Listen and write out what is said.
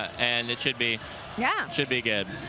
and it should be yeah should be good.